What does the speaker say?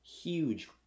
huge